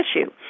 issue